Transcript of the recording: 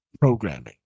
programming